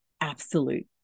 absolute